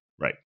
Right